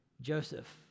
Joseph